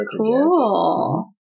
Cool